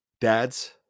Dads